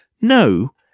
no